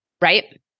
right